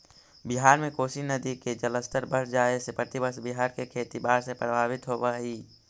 बिहार में कोसी नदी के जलस्तर बढ़ जाए से प्रतिवर्ष बिहार के खेती बाढ़ से प्रभावित होवऽ हई